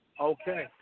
Okay